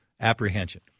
Apprehension